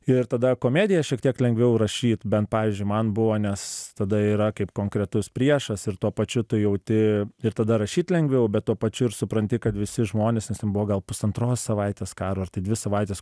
ir tada komediją šiek tiek lengviau rašyt bent pavyzdžiui man buvo nes tada yra kaip konkretus priešas ir tuo pačiu tu jauti ir tada rašyt lengviau bet tuo pačiu ir supranti kad visi žmonės nes ten buvo gal pusantros savaitės karo ar tai dvi savaitės